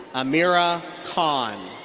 ameera khan.